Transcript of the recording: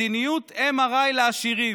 מדיניות MRI לעשירים.